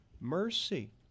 mercy